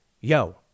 Yo